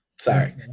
Sorry